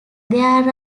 there